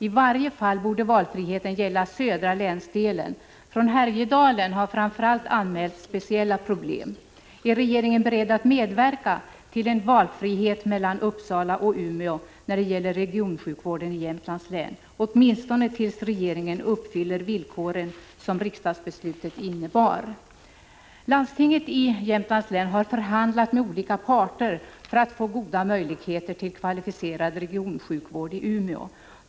I varje fall borde valfriheten gälla södra länsdelen. Framför allt från Härjedalen har anmälts speciella problem. Är regeringen beredd att medverka till att det blir möjligt att välja mellan Uppsala och Umeå när det gäller regionsjukvård i Jämtlands län, åtminstone till dess att regeringen uppfyller villkoren som riksdagsbeslutet innebar? Landstinget i Jämtlands län har förhandlat med olika parter för att få goda möjligheter till kvalificerad regionsjukvård i Umeå.